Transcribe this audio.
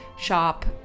shop